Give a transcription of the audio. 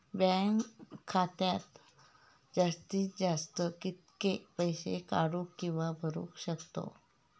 Bank खात्यात जास्तीत जास्त कितके पैसे काढू किव्हा भरू शकतो?